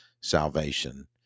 salvation